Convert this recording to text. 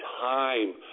time